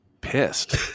pissed